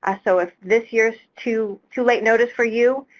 ah so if this year's too too late notice for you.